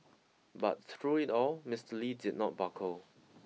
but through it all Mister Lee did not buckle